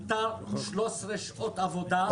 מותר 13 שעות עבודה.